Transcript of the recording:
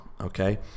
Okay